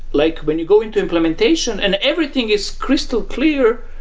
like when you go into implementation, and everything is crystal clear.